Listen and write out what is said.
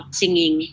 singing